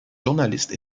journaliste